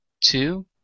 two